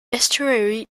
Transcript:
estuary